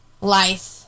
life